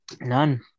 None